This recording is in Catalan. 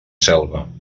selva